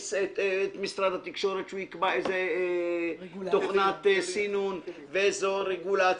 נכניס את משרד התקשורת שהוא יקבע איזו תוכנת סינון ואיזו רגולציה.